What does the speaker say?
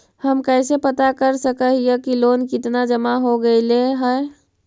हम कैसे पता कर सक हिय की लोन कितना जमा हो गइले हैं?